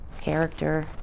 character